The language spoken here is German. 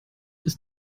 ist